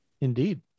Indeed